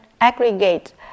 aggregate